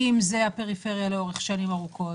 אם זה הפריפריה לאורך שנים ארוכות,